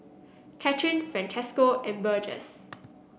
Kathrine Francesco and Burgess